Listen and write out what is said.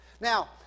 Now